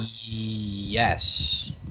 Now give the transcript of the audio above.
Yes